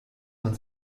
man